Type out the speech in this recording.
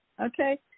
okay